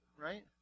right